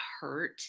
hurt